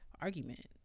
argument